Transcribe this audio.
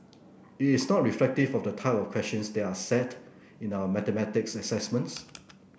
it is not reflective for the type of questions that are set in our mathematics assessments